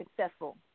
successful